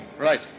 Right